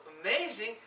amazing